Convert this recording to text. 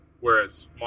whereas